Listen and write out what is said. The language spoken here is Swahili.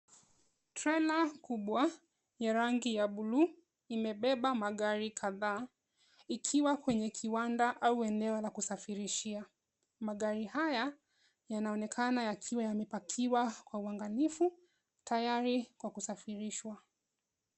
Trela kubwa ya rangi ya bluu imebeba magari kadhaa, ikiwa kwenye kiwanda au eneo la kusafirishia. Magari haya yanaonekana yakiwa yamepakiwa kwa uangalifu, tayari kwa kusafirishwa.